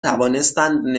توانستند